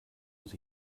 muss